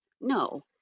No